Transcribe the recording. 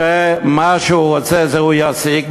שמה שהוא רוצה הוא ישיג,